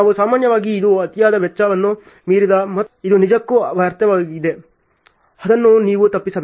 ನಾವು ಸಾಮಾನ್ಯವಾಗಿ ಇದು ಅತಿಯಾದ ವೆಚ್ಚವನ್ನು ಮೀರಿದೆ ಮತ್ತು ಇದು ನಿಜಕ್ಕೂ ವ್ಯರ್ಥವಾಗಿದೆ ಅದನ್ನು ನೀವು ತಪ್ಪಿಸಬೇಕು